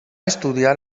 estudiar